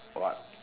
what